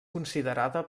considerada